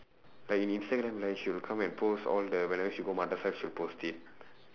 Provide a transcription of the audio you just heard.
like in instagram right she will come and post all the whenever she go she'll post it